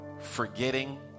forgetting